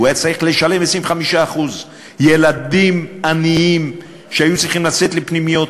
הוא היה צריך לשלם 25%. ילדים עניים שהיו צריכים לצאת לפנימיות,